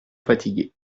fatiguée